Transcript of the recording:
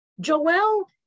Joel